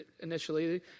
initially